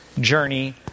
journey